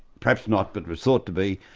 perhaps not but was thought to be,